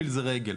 פיל זה רגל.